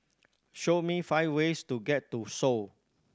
show me five ways to get to Seoul